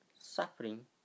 suffering